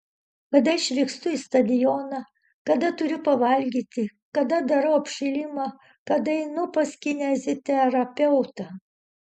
kada išvykstu į stadioną kada turiu pavalgyti kada darau apšilimą kada einu pas kineziterapeutą